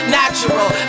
natural